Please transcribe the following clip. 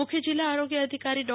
મુખ્ય જિલ્લા આરોગ્ય અધિકારી ડો